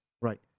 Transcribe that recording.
Right